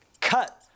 cut